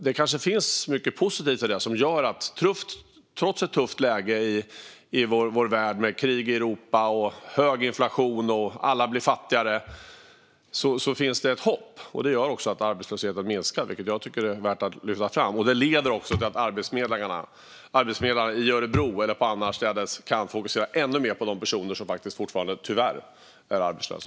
Det kan finnas mycket positivt i detta som gör att det trots ett tufft läge i vår värld med krig i Europa och hög inflation där alla blir fattigare finns ett hopp. Det gör också att arbetslösheten minskar, vilket jag tycker är värt att lyfta fram, och det leder till att arbetsförmedlarna i Örebro eller annorstädes kan fokusera ännu mer på de personer som tyvärr fortfarande är arbetslösa.